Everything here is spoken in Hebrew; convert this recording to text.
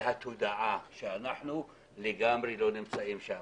התודעה ואנחנו לגמרי לא נמצאים שם.